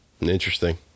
Interesting